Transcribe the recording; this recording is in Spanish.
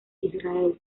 israel